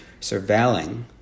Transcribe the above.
surveilling